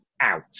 out